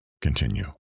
Continue